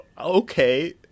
okay